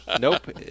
Nope